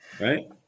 Right